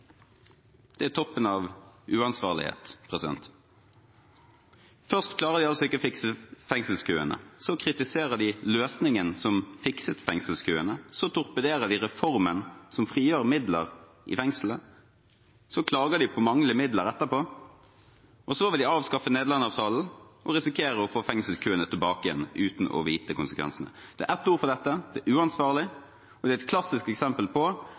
Det er toppen av uansvarlighet. Først klarer de altså ikke å fikse fengselskøene, så kritiserer de løsningen som fikset fengselskøene, så torpederer de reformen som frigjør midler i fengslene, så klager de på manglende midler etterpå, og så vil de avskaffe Nederland-avtalen og risikere å få fengselskøene tilbake igjen, uten å vite konsekvensene. Det er ett ord for dette, og det er uansvarlig. Det er et klassisk eksempel på